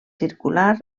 circular